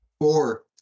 Four